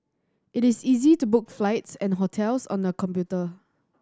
it is easy to book flights and hotels on the computer